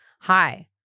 hi